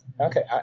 Okay